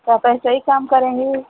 तो आप ऐसे ही काम करेंगी